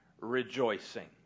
rejoicing